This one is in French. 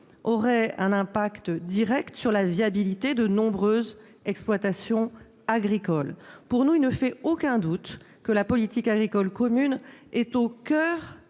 auraient une incidence directe sur la viabilité de nombreuses exploitations agricoles. Pour nous, il ne fait aucun doute que la politique agricole commune est au coeur